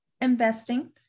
investing